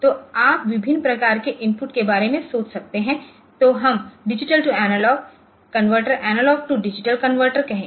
तो आप विभिन्न प्रकार के इनपुट के बारे में सोच सकते हैं तो हम digital to analog converters analog to digital converters कहें